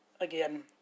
again